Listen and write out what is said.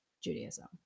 Judaism